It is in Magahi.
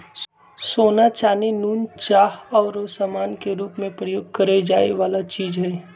सोना, चानी, नुन, चाह आउरो समान के रूप में प्रयोग करए जाए वला चीज हइ